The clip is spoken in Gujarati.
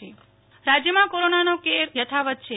નેહલ ઠક્કર રાજ્ય કોરોના રાજ્યમાં કોરોનાનો કહેર યથાવત છે